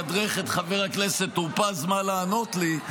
שמתדרך את חבר הכנסת טור פז מה לענות לי.